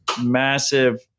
massive